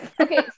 Okay